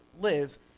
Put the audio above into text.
lives